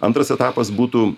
antras etapas būtų